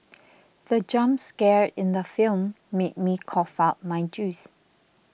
the jump scare in the film made me cough out my juice